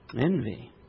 Envy